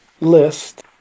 list